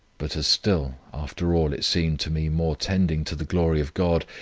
but as still, after all, it seemed to me more tending to the glory of god,